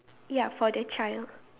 ya for the child